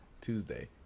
tuesday